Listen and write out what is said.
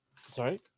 Sorry